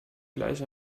gleich